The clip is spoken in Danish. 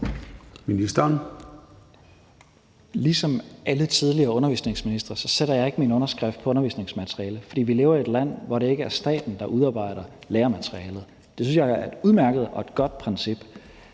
Ligesom alle tidligere undervisningsministre sætter jeg ikke min underskrift på undervisningsmateriale. For vi lever jo i et land, hvor det ikke er staten, der udarbejder lærermaterialet. Det synes jeg er et udmærket og godt princip.